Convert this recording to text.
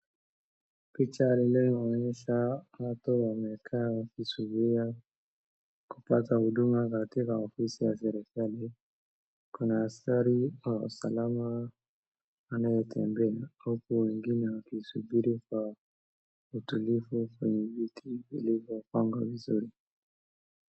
Picha inayoonyesha watu wamekaa wakisubiria kupata huduma katika ofisi ya serikali. Kuna askari wa usalama anayetembea huku wengine wakisuburi kwa utulivu kwenye viti vilivopangwa vizuri.